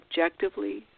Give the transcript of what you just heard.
objectively